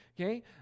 okay